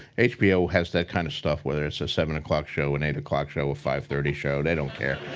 hbo has that kind of stuff whether it's a seven o'clock show, an eight o'clock show, ah five thirty show, they don't care.